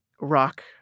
rock